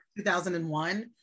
2001